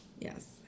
yes